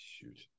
shoot